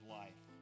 life